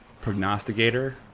prognosticator